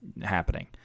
happening